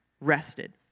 rested